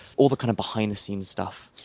all the kind of behind-the-scenes stuff.